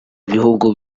bihugu